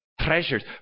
Treasures